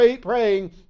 praying